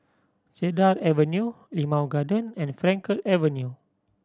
Cedar Avenue Limau Garden and Frankel Avenue